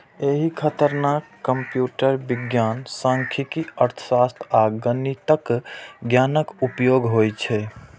एहि खातिर कंप्यूटर विज्ञान, सांख्यिकी, अर्थशास्त्र आ गणितक ज्ञानक उपयोग होइ छै